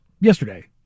yesterday